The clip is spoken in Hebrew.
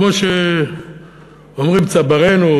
כמו שאומרים צברינו,